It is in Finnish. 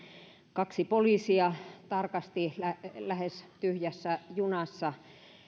kaksi poliisia tarkasti lähes tyhjässä junassa